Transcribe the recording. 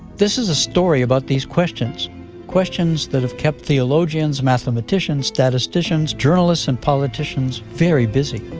this is a story about these questions questions that have kept theologians, mathematicians, statisticians, journalists and politicians very busy